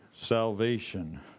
salvation